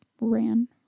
Ran